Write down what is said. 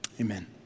Amen